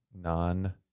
non